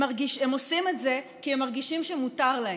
הם עושים את זה כי הם מרגישים שמותר להם.